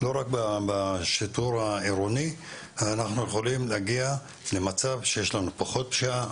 לא רק בשיטור העירוני אנחנו יכולים להגיע למצב שיש לנו פחות פשיעה.